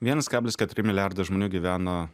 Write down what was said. vienas kablis keturi milijardo žmonių gyvena